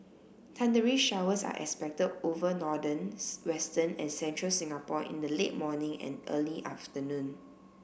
thundery showers are expected over northerns western and central Singapore in the late morning and early afternoon